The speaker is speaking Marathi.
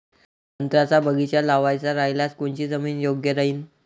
संत्र्याचा बगीचा लावायचा रायल्यास कोनची जमीन योग्य राहीन?